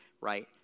right